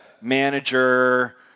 manager